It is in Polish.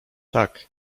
tak